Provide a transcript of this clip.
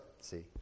see